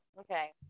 Okay